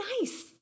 nice